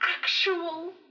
actual